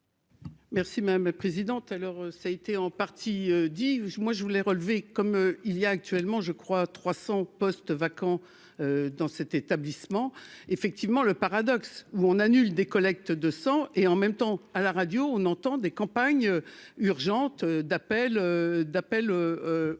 Merci même président, alors ça a été en partie dis moi je voulais relever comme il y a actuellement je crois 300 postes vacants dans cet établissement. Comment effectivement le paradoxe où on annule des collectes de sang et en même temps à la radio, on entend des campagnes urgentes d'appels d'appel